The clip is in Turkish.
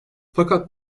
fakat